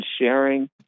sharing